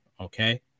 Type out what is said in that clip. Okay